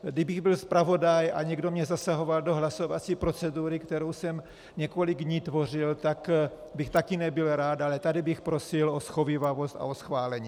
Kdybych byl zpravodaj a někdo mi zasahoval do hlasovací procedury, kterou jsem několik dní tvořil, tak bych taky nebyl rád, ale tady bych prosil o shovívavost a o schválení.